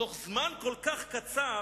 תוך זמן כל כך קצר,